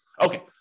Okay